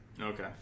Okay